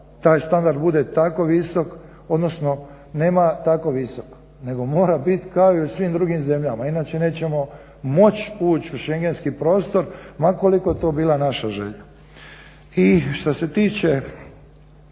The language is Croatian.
taj standard bude tako visok odnosno nema tako visok nego mora biti kao i u svim drugim zemljama, inače nećemo moći ući u šengenski prostor ma koliko to bila naša želja. I što se tiče